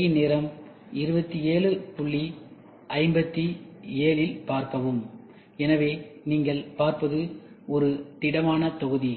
திரையின் நேரம் 2757 இல் பார்க்கவும் எனவே நீங்கள் பார்ப்பது இது ஒரு திடமான தொகுதி